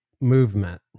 movement